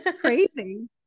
Crazy